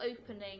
opening